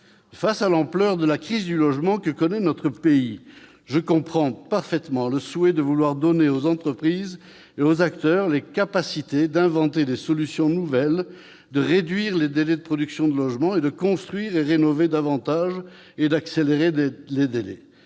Face à l'ampleur de la crise du logement que connaît notre pays, je comprends parfaitement le souhait de vouloir donner aux entreprises et aux acteurs les capacités d'inventer des solutions nouvelles, de réduire les délais de production de logements, de construire et de rénover davantage. Faut-il pour